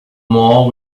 more